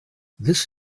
this